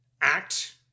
Act